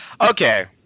Okay